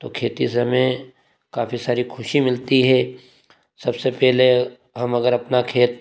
तो खेती से हमें काफी सारी खुशी मिलती है सबसे पहले हम अगर अपना खेत